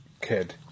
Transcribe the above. kid